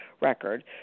record